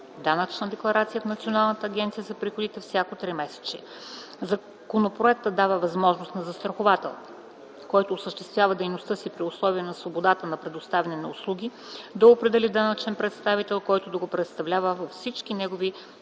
данъчна декларация в Националната агенция за приходите за всяко тримесечие. Законопроектът дава възможност на застраховател, който осъществява дейност при условията на свободата на предоставяне на услуги, да определи данъчен представител, който да го представлява във всички негови